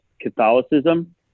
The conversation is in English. Catholicism